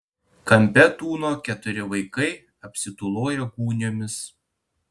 kampe tūno keturi vaikai apsitūloję gūniomis